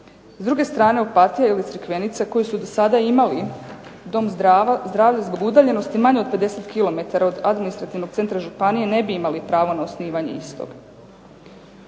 S druge strane Opatija ili Crikvenica koji su dosada imali dom zdravlja zbog udaljenosti manje od 50 km od administrativnog centra županije ne bi imali pravo na osnivanje istog.